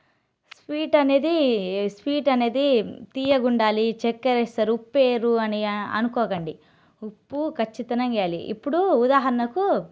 sweet అనేది sweet అనేది తీయగుండాలి చక్కర వేస్తారు ఉప్పు వేయరు అని అనుకోకండి ఉప్పు ఖచ్చితంగా వేయాలి ఇప్పుడు ఉదాహరణకు